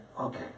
Okay